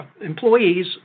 employees